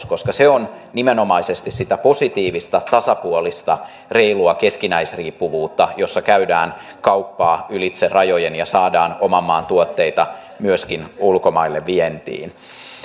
koska se on nimenomaisesti sitä positiivista tasapuolista reilua keskinäisriippuvuutta jossa käydään kauppaa ylitse rajojen ja saadaan oman maan tuotteita myöskin ulkomaille vientiin